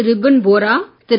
Ripun Bora Thiru